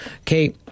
Okay